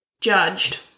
judged